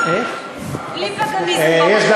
יש,